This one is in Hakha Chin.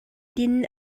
din